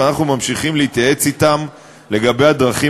ואנחנו ממשיכים להתייעץ אתם לגבי הדרכים